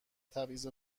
تبعیض